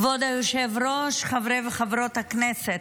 כבוד היושב-ראש, חברי וחברות הכנסת,